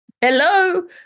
Hello